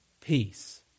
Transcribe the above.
peace